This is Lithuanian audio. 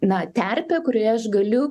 na terpę kurioje aš galiu